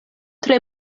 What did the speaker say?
tre